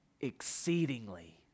exceedingly